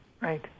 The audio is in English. right